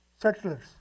settlers